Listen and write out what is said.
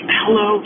hello